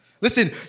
Listen